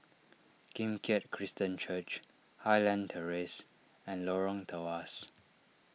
Kim Keat Christian Church Highland Terrace and Lorong Tawas